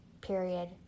period